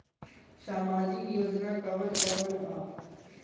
सामाजिक योजना कवन कवन ह?